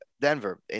Denver